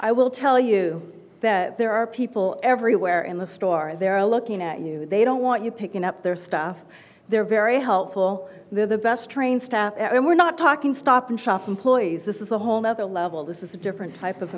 i will tell you that there are people everywhere in the stores there looking at you they don't want you picking up their stuff they're very helpful they're the best trained staff and we're not talking stop and shop employees this is a whole nother level this is a different type of